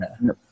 No